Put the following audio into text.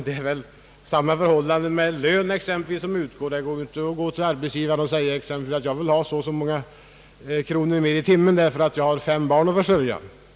Det är väl samma förhållande som med en lön; det går ju inte att gå till arbetsgivaren och säga att man vill ha högre lön därför att man har fem barn att försörja.